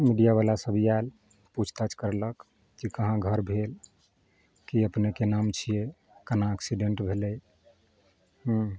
मीडिआबला सब आएल पूछताछ करलक की कहाँ घर भेल की अपनेकेँ नाम छियै केना एक्सीडेन्ट भेलै हूँ